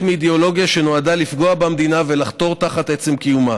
כחלק מאידיאולוגיה שנועדה לפגוע במדינה ולחתור תחת עצם קיומה.